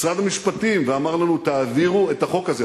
משרד המשפטים אמר לנו: תעבירו את החוק הזה.